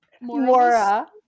mora